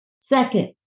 Second